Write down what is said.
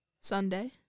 Sunday